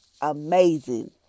amazing